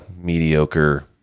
mediocre